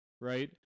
right